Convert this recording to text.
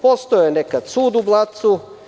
Postojao je nekada sud u Blacu.